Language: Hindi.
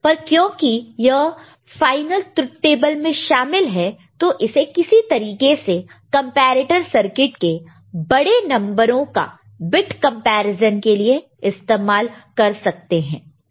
पर क्योंकि यह फाइनल ट्रुथ टेबल में शामिल है तो इसे किसी तरीके से कंपैरेटर सर्किट के बड़े नंबरों numbers का बिट कंपैरिजन के लिए इस्तेमाल कर सकते हैं